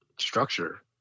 Structure